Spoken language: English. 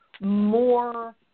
more